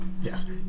Yes